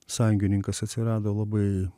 sąjungininkas atsirado labai